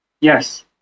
Yes